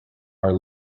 are